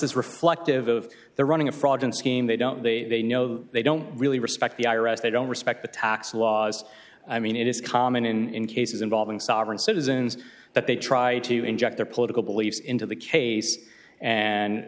is reflective of the running a fraud in scheme they don't they they know they don't really respect the i r s they don't respect the tax laws i mean it is common in cases involving sovereign citizens that they try to inject their political beliefs into the case and